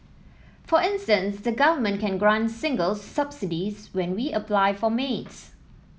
for instance the Government can grant singles subsidies when we apply for maids